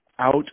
Out